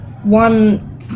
One